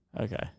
Okay